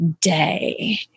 day